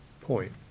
point